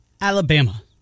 Alabama